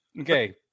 Okay